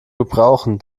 gebrauchen